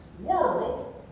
world